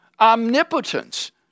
omnipotence